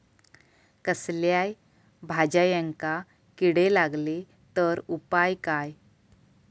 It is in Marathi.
कसल्याय भाजायेंका किडे लागले तर उपाय काय?